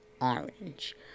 Orange